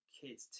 kids